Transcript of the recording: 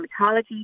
Dermatology